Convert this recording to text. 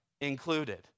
included